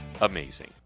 amazing